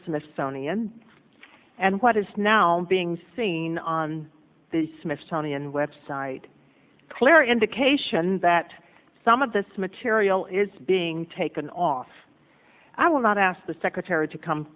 smithsonian and what is now being seen on the smith tony and web site clear indication that some of this material is being taken off i will not ask the secretary to come